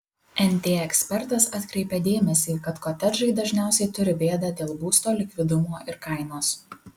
nt ekspertas atkreipė dėmesį kad kotedžai dažniausiai turi bėdą dėl būsto likvidumo ir kainos